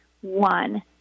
one